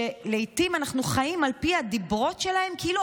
שלעיתים אנחנו חיים על פי הדיברות שלהן כאילו